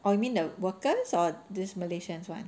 oh you mean the workers or this malaysians [one]